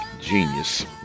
genius